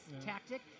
tactic